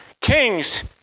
Kings